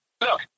look